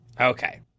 Okay